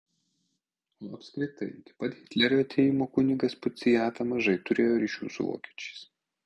o apskritai iki pat hitlerio atėjimo kunigas puciata mažai turėjo ryšių su vokiečiais